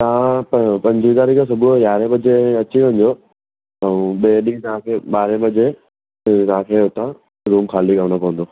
तव्हां पहिरों पंजवीह तारीख़ सुबुह जो यारहें बजे अची वञिजो ऐं ॿिएं ॾींहुं तव्हांखे ॿारे बजे राति जो हितां रूम ख़ाली करिणो पवंदो